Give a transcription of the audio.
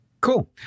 cool